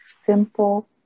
simple